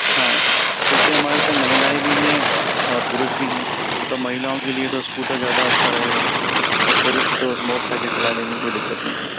हाँ क्योंकि हमारे साथ महिलाएँ भी हैं और पुरुष भी हैं तो महिलाओं के लिए तो स्कूटर ज़्यादा अच्छा रहेगा अब पुरुष तो मोटरसाइकिल चला लेंगे कोई दिक्कत नहीं है